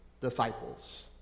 disciples